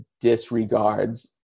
disregards